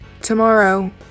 Tomorrow